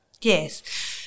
Yes